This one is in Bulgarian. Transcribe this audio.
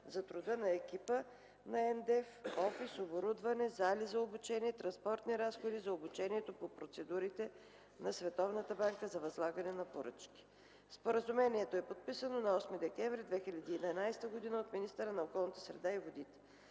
доверителен Еко Фонд, офис, оборудване, зали за обучение и транспортни разходи за обучението по процедурите на Световната банка за възлагане на поръчки. Споразумението е подписано на 8 декември 2011 г. от министъра на околната среда и водите.